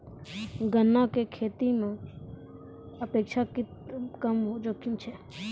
गन्ना के खेती मॅ अपेक्षाकृत कम जोखिम छै